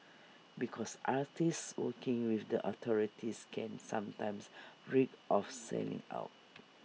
because artists working with the authorities can sometimes reek of selling out